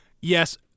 Yes